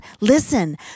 Listen